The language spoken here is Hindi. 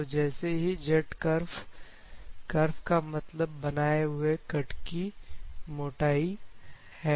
तो जैसे ही जेट करफ करफ का मतलब बनाए हुए कट की मोटाई है